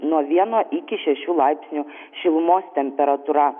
nuo vieno iki šešių laipsnių šilumos temperatūra